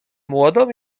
młodą